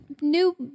new